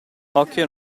occhio